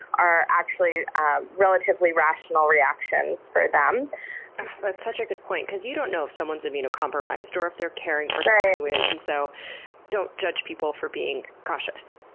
are actually ah relatively rational reactions for them that's such a good point, because you don't know if someone's immunocompromised, or if they're caring for someone who is, and so don't judge people for being cautious.